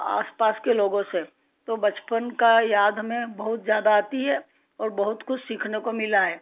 आसपास के लोगों से तो बचपन का याद हमें बहुत ज़्यादा आती है और बहुत कुछ सीखने को मिला है